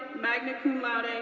magna cum laude.